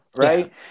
right